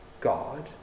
God